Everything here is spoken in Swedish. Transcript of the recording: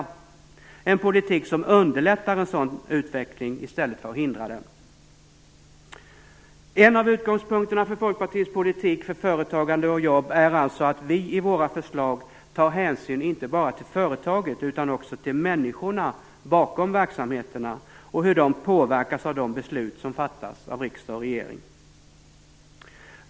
Det är en politik som underlättar en sådan utveckling i stället för att hindra den. En av utgångspunkterna för Folkpartiets politik för företagande och jobb är alltså att vi i våra förslag tar hänsyn inte bara till företaget utan också till hur människorna bakom verksamheterna påverkas av de beslut som fattas av riksdag och regering.